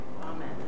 Amen